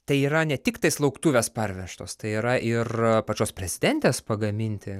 tai yra ne tik tais lauktuvės parvežtos tai yra ir pačios prezidentės pagaminti